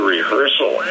rehearsal